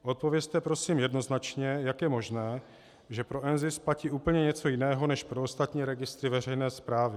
Odpovězte prosím jednoznačně, jak je možné, že pro NZIS platí úplně něco jiného než pro ostatní registry veřejné správy.